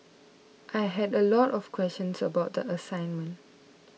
I had a lot of questions about the assignment